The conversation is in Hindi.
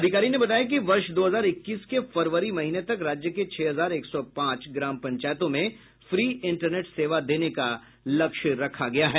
अधिकारी ने बताया कि वर्ष दो हजार इक्कीस के फरवरी महीने तक राज्य के छह हजार एक सौ पांच ग्राम पंचायतों में फ्री इंटरनेट सेवा देने का लक्ष्य रखा गया है